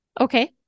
Okay